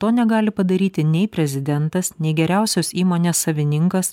to negali padaryti nei prezidentas nei geriausios įmonės savininkas